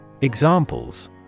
Examples